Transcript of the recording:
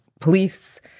Police